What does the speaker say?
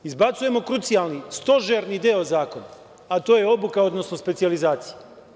Izbacujemo krucijalni, stožerni deo zakona, a to je obuka, odnosno specijalizacija.